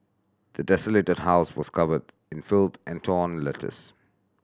the desolated house was covered in filth and torn letters